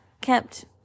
kept